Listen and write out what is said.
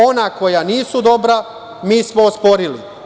Ona koja nisu dobra, mi smo osporili.